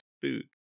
boot